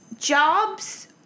jobs